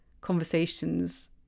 conversations